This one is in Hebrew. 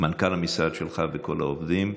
למנכ"ל המשרד שלך וכל העובדים.